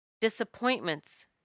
disappointments